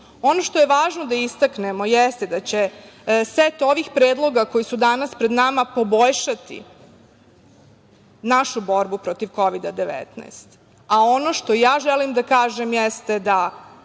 što je važno da istaknemo jeste da će set ovih predloga koji su danas pred nama poboljšati našu borbu protiv Kovida-19. Ono što ja želim da kažem jeste da